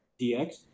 DX